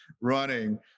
running